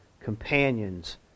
companions